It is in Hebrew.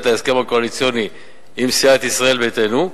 להסכם הקואליציוני עם סיעת ישראל ביתנו.